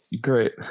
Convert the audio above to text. great